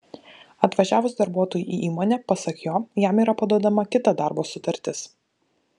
atvažiavus darbuotojui į įmonę pasak jo jam yra paduodama kita darbo sutartis